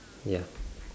ya